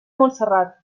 montserrat